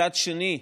מצד שני,